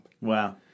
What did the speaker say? Wow